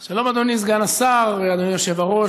שלום, אדוני סגן השר, אדוני היושב-ראש.